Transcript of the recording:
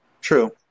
True